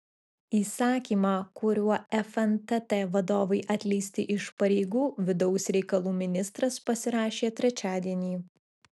įsakymą kuriuo fntt vadovai atleisti iš pareigų vidaus reikalų ministras pasirašė trečiadienį